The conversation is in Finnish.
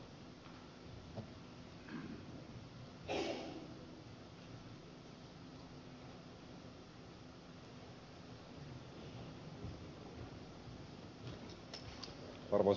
arvoisa puhemies